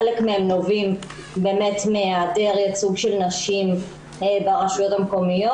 חלק מהם נובעים באמת מהיעדר ייצוג של נשים ברשויות המקומיות